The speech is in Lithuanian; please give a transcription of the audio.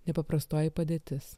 nepaprastoji padėtis